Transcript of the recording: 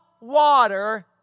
water